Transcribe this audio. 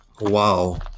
Wow